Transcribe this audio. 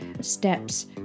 steps